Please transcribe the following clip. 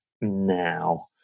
now